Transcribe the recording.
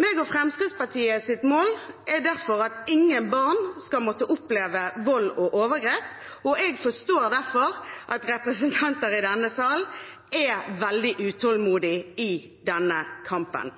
Mitt og Fremskrittspartiets mål er at ingen barn skal måtte oppleve vold og overgrep, og jeg forstår derfor at representanter i denne sal er veldig utålmodige i denne kampen.